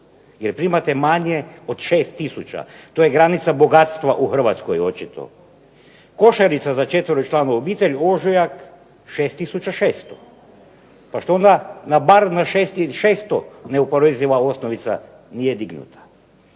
jer primate manje od 6 tisuća. To je granica bogatstva u Hrvatskoj očito. Košarica za četveročlanu obitelj, ožujak 6600, pa što onda bar na 6600 neoporeziva osnovica nije dignuta.